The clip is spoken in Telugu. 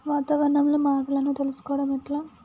వాతావరణంలో మార్పులను తెలుసుకోవడం ఎట్ల?